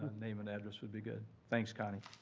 name and address would be good. thanks, connie.